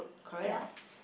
ya